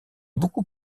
beaucoup